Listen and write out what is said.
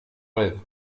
rêve